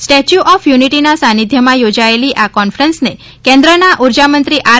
statue of યુનિટીના સાનિધ્યમાં યોજાયેલી આ કોન્ફરન્સને કેન્દ્રના ઊર્જામંત્રી આર